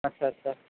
ਅੱਛਾ ਅੱਛਾ